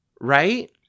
right